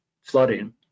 flooding